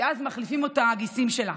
אז מחליפים אותה הגיסים שלה.